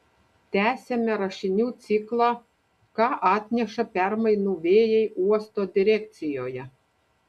tęsiame rašinių ciklą ką atneša permainų vėjai uosto direkcijoje